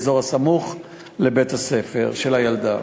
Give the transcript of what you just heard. תוך שימת דגש במיוחד להגברת הפעילות באזור הסמוך לבית-הספר של הילדה,